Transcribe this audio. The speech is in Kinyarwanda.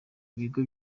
ibigo